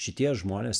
šitie žmonės